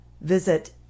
Visit